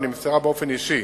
ונמסרה באופן אישי